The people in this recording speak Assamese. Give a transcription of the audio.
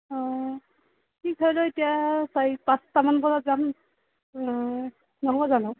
অঁ কি হয়গৈ এতিয়া চাৰি পাঁচটামান বজাত যাম অঁ নহ'ব জানো